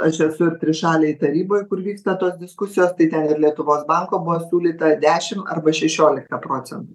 aš esu ir trišalėj taryboj kur vyksta tos diskusijos tai ten ir lietuvos banko buvo siūlyta dešim arba šešiolika procentų